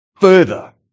further